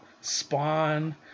Spawn